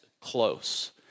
close